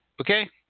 Okay